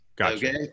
Okay